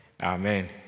amen